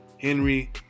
Henry